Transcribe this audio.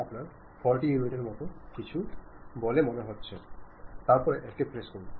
ഉദാഹരണത്തിന് നിങ്ങൾ വളരെ മനോഹരമായ ഒരു പുസ്തകം വായിക്കുകയോ അല്ലെങ്കിൽ വളരെ രസകരമായ ഒരു സിനിമ കാണുകയോ ചെയ്തിട്ടുണ്ടാവാം